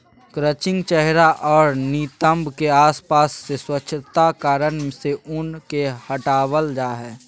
crutching चेहरा आर नितंब के आसपास से स्वच्छता कारण से ऊन के हटावय हइ